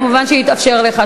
מובן שיתאפשר לך.